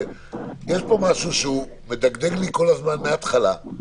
יש פה משהו שמדגדג לי כל הזמן מן ההתחלה,